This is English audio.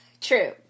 True